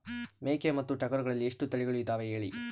ಮೇಕೆ ಮತ್ತು ಟಗರುಗಳಲ್ಲಿ ಎಷ್ಟು ತಳಿಗಳು ಇದಾವ ಹೇಳಿ?